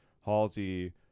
halsey